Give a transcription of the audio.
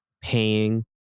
paying